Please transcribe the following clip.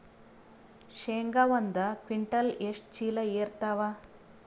ಶೇಂಗಾ ಒಂದ ಕ್ವಿಂಟಾಲ್ ಎಷ್ಟ ಚೀಲ ಎರತ್ತಾವಾ?